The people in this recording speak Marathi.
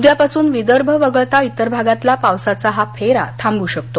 उद्या पासून विदर्भ वगळता इतर भागातला पावसाचा हा फेरा थांबू शकतो